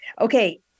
Okay